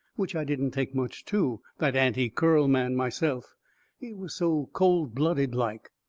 which i didn't take much to that anti-curl man myself he was so cold-blooded like.